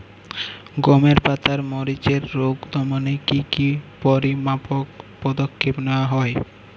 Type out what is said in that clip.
গমের পাতার মরিচের রোগ দমনে কি কি পরিমাপক পদক্ষেপ নেওয়া হয়?